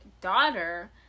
daughter